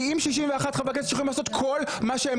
אם 61 חברי כנסת יכולים לעשות כל מה שהם